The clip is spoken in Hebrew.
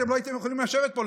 אתם לא הייתם יכולים לשבת פה,